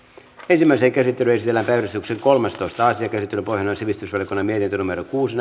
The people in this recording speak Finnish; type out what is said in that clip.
ensimmäiseen käsittelyyn esitellään päiväjärjestyksen kolmastoista asia käsittelyn pohjana on sivistysvaliokunnan mietintö kuusi